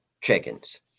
chickens